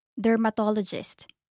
Dermatologist